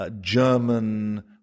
German